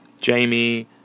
Jamie